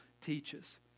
teaches